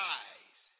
eyes